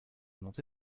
monté